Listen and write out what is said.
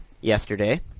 yesterday